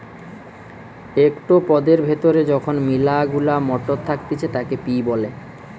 একটো পদের ভেতরে যখন মিলা গুলা মটর থাকতিছে তাকে পি বলে